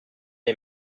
est